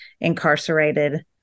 incarcerated